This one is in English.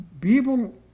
people